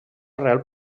arrel